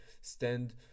stand